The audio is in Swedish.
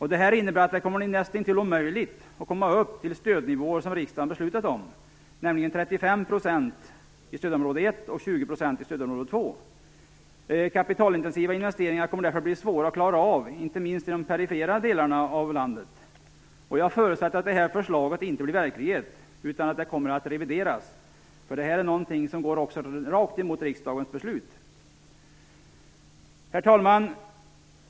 Det här innebär att det kommer att bli nästintill omöjligt att komma upp till de stödnivåer som riksdagen har beslutat om, nämligen 35 % i stödområde 1 och 20 % i stödområde 2. Kapitalintensiva investeringar kommer därför att bli svåra att klara av, inte minst i de perifera delarna av landet. Jag förutsätter att det här förslaget inte blir verklighet utan att det kommer att revideras, för det här är någonting som går rakt emot riksdagens beslut. Herr talman!